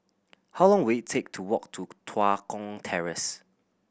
how long will it take to walk to Tua Kong Terrace